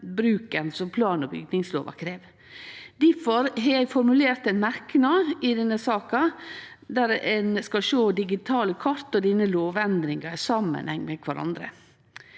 bruken som plan- og bygningslova krev. Difor har eg formulert ein merknad i denne saka, om at ein skal sjå digitale kart og denne lovendringa i samanheng med kvarandre.